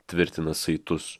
tvirtina saitus